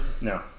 No